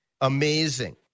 Amazing